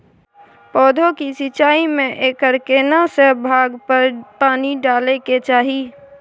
पौधों की सिंचाई में एकर केना से भाग पर पानी डालय के चाही?